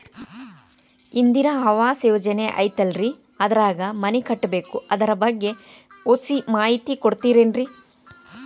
ಇಂದಿರಾ ಆವಾಸ ಯೋಜನೆ ಐತೇಲ್ರಿ ಅದ್ರಾಗ ಮನಿ ಕಟ್ಬೇಕು ಅದರ ಬಗ್ಗೆ ಒಸಿ ಮಾಹಿತಿ ಕೊಡ್ತೇರೆನ್ರಿ?